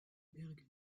bergen